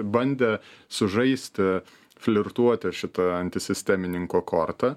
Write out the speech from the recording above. bandę sužaisti flirtuoti šita antisistemininko korta